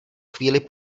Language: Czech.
chvíli